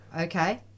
Okay